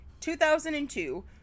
2002